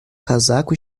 casaco